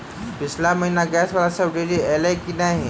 पिछला महीना गैस वला सब्सिडी ऐलई की नहि?